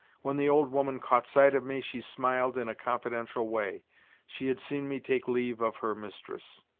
when the old woman caught sight of me, she smiled in a confidential way she had seen me take leave of her mistress.